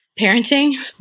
parenting